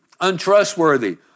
untrustworthy